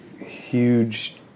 Huge